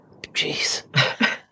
Jeez